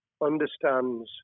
understands